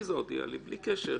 עליזה הודיעה לי בלי קשר,